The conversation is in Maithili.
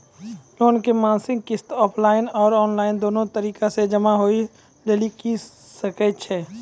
लोन के मासिक किस्त ऑफलाइन और ऑनलाइन दोनो तरीका से जमा होय लेली सकै छै?